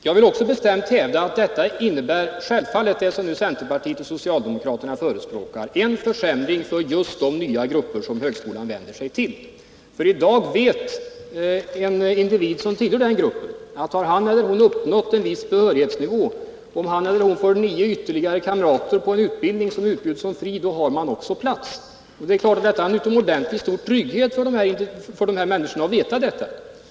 Jag vill också bestämt hävda att detta som nu centerpartiet och socialdemokraterna förespråkar självfallet innebär en försämring för just de nya grupper som högskolan vänder sig till. I dag vet en individ som tillhör den gruppen att om han eller hon har uppnått en viss behörighetsnivå, om han eller hon får ytterligare nio kamrater inom en utbildning som erbjuds som fri, då har man också plats. Det är klart att det är en utomordentligt stor trygghet för dessa människor att veta detta.